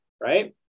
right